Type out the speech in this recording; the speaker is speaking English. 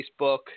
Facebook